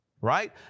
right